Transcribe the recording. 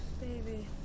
Baby